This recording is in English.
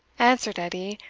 answered edie,